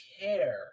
care